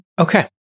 Okay